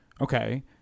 Okay